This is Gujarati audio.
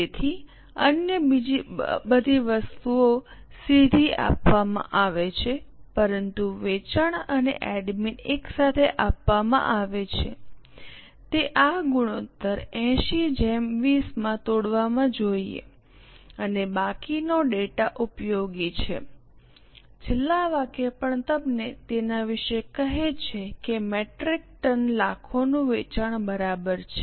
તેથી અન્ય બધી વસ્તુઓ સીધી આપવામાં આવે છે પરંતુ વેચાણ અને એડમિન એકસાથે આપવામાં આવે છે તે આ ગુણોત્તર 80 20 માં તોડવા જોઈએ અને બાકીનો ડેટા ઉપયોગી છે છેલ્લી વાક્ય પણ તમને તેના વિશે કહે છે મેટ્રિક ટન લાખોનું વેચાણ બરાબર છે